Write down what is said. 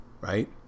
right